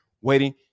waiting